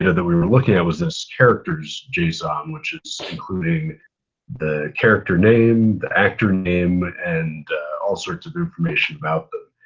and that we were looking at was this characters json, which is including the character name, the actor name and all sorts of information about them.